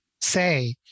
say